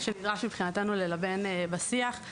שמבחינתנו נדרש ללבן בשיח.